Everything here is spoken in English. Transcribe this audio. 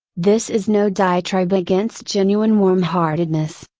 this is no diatribe against genuine warm heartedness,